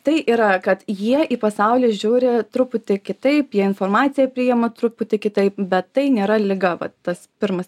tai yra kad jie į pasaulį žiūri truputį kitaip jie informaciją priima truputį kitaip bet tai nėra liga vat tas pirmas